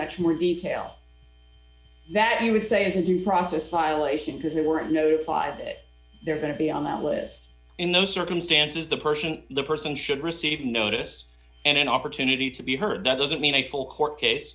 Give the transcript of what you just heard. much more detail that you would say is a due process violation because they weren't notified that they're going to be on that list in those circumstances the person the person should receive notice and an opportunity to be heard that doesn't mean a full court case